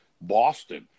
Boston